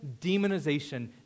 demonization